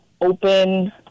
open